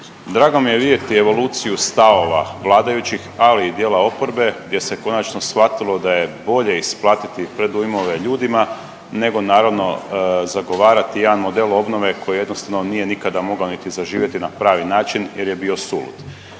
Drago mi je vidjeti evoluciju stavova vladajućih, ali i dijela oporbe gdje se konačno shvatilo da je bolje isplatiti predujmove ljudima nego naravno, zagovarati jedan model obnove koji jednostavno nije nikada mogla niti zaživjeti na pravi na čin jer je bio sulud.